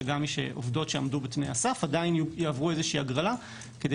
שגם עובדות שעמדו בתנאי הסף עדיין יעברו איזושהי הגרלה כדי